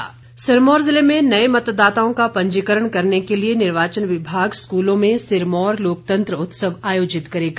लोकतंत्र उत्सव सिरमौर ज़िले में नए मतदाताओं का पंजीकरण करने के लिए निर्वाचन विभाग स्कूलों में सिरमौर लोकतंत्र उत्सव आयोजित करेगा